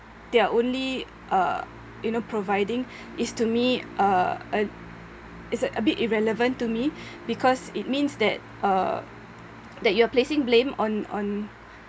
they're only uh you know providing is to me uh a is a bit irrelevant to me because it means uh that you are placing blame on on